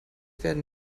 werden